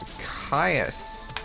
Caius